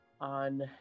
on